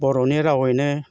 बर'नि रावैनो